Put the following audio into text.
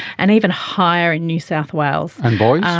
and even higher in new south wales. and boys?